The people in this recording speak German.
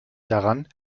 daran